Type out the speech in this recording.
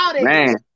Man